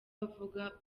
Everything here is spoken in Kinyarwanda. avuga